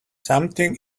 something